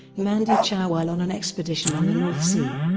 mandy chow while on an expedition on the north sea.